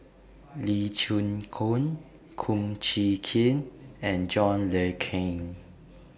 Lee Chin Koon Kum Chee Kin and John Le Cain